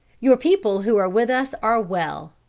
your people who are with us are well.